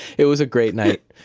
it was a great night.